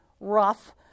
rough